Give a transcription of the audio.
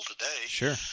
Sure